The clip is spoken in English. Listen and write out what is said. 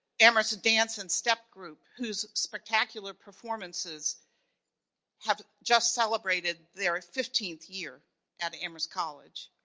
amherst's dance and step group, whose spectacular performances have just celebrated their ah fifteenth year at amherst college.